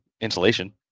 insulation